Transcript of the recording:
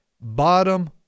bottom